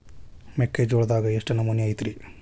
ಮೆಕ್ಕಿಜೋಳದಾಗ ಎಷ್ಟು ನಮೂನಿ ಐತ್ರೇ?